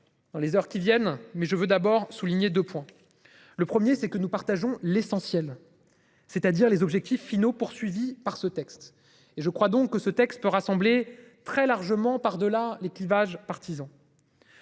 Dans les heures qui viennent mais je veux d'abord souligner 2 points le 1er c'est que nous partageons l'essentiel. C'est-à-dire les objectifs finaux poursuivi par ce texte. Et je crois donc que ce texte peut rassembler très largement, par delà les clivages partisans.